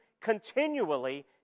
continually